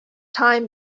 time